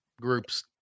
groups